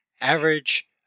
average